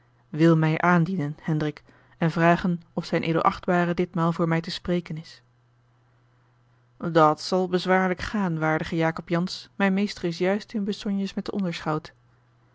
wil mij aandienen hendrik en vragen of zijn edel achtbare ditmaal voor mij te spreken is at zal bezwaarlijk gaan waardige jacob jansz mijn meester is juist in besognes met den onderschout